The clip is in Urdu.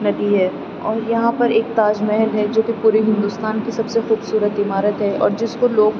ندی ہے اور یہاں پر ایک تاج محل ہے جو کہ پورے ہندوستان کی سب سے خوبصورت عمارت ہے اور جس کو لوگ